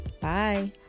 Bye